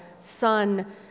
son